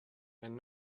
and